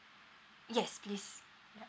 yes please